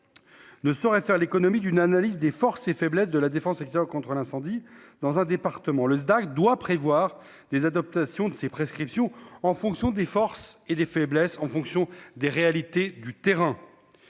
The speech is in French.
Ne saurait faire l'économie d'une analyse des forces et faiblesses de la Défense et cetera contre un incendie dans un département le doit prévoir des adaptations de ses prescriptions en fonction des forces et des faiblesses en fonction des réalités du terrain.